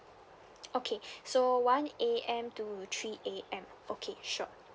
okay so one A_M to three A_M okay sure